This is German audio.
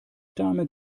damit